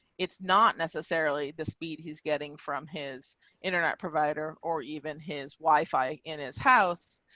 it's not necessarily the speed he's getting from his internet provider or even his wi fi in his house.